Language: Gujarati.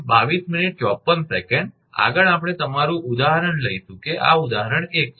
આગળ આપણે તમારું ઉદાહરણ લઈશું કે આ ઉદાહરણ 1 છે